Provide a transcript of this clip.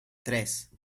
tres